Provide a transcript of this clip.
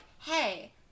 hey